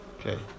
Okay